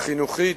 החינוכית,